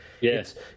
Yes